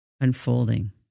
unfolding